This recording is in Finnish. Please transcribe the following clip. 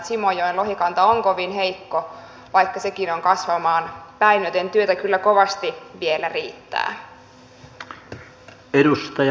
simojoen lohikanta on kovin heikko vaikka sekin on kasvamaan päin joten työtä kyllä kovasti vielä riittää